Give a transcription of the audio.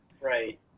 Right